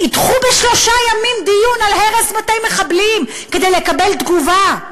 ידחו בשלושה ימים דיון על הרס בתי מחבלים כדי לקבל תגובה.